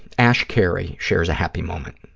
ashcary shares a happy moment.